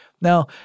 Now